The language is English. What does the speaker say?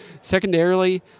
Secondarily